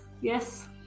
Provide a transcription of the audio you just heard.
yes